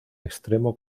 extremo